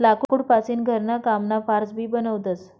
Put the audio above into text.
लाकूड पासीन घरणा कामना फार्स भी बनवतस